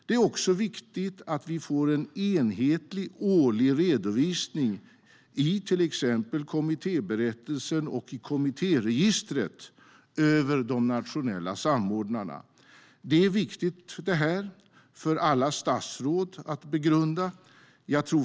Det är också viktigt att vi får en enhetlig årlig redovisning i till exempel kommittéberättelser och kommittéregistret när det gäller de nationella samordnarna. Detta är viktigt för alla statsråd att begrunda.